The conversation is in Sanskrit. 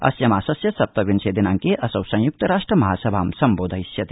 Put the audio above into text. अस्य मासस्य सप्तविंशे दिनांके असौ संयुक्तराष्ट्र महासभां सम्बोधयिष्यति